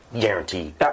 Guaranteed